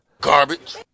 Garbage